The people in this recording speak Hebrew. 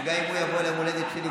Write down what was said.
וגם אם הוא יבוא ליום הולדת שלי,